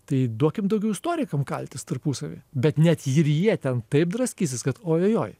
tai duokim daugiau istorikam kaltis tarpusavy bet net ir jie ten taip draskysis kad ojojoi